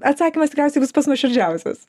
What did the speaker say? atsakymas tikriausiai bus pats nuoširdžiausias